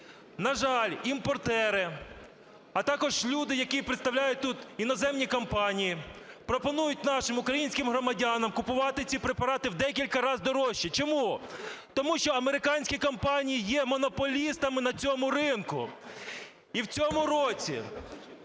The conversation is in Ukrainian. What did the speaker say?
На жаль, імпортери, а також люди, які представляють тут іноземні компанії, пропонують нашим українським громадянам купувати ці препарати в декілька раз дорожче. Чому? Тому що американські компанії є монополістами на цьому ринку. І в цьому році